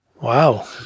Wow